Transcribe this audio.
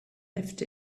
left